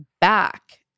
back